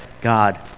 God